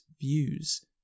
views